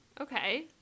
Okay